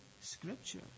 Scripture